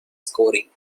scoring